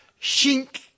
shink